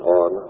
on